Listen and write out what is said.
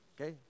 Okay